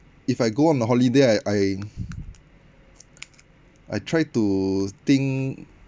if I go on a holiday I I I try to think